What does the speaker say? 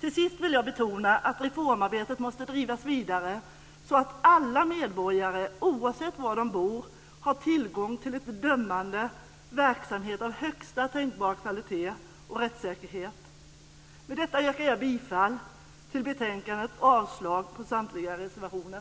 Till sist vill jag betona att reformarbetet måste drivas vidare så att alla medborgare, oavsett var de bor, har tillgång till en dömande verksamhet av högsta tänkbara kvalitet och rättssäkerhet. Med detta yrkar jag bifall till förslaget i betänkandet och avslag på samtliga reservationer.